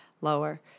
lower